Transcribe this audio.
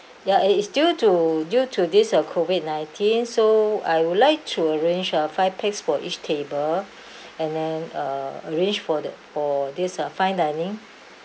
ya it it's due to due to this uh COVID nineteen so I would like to arrange uh five pax for each table and then uh arrange for the for this uh fine dining